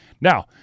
Now